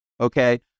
okay